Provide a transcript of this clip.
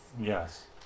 yes